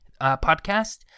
podcast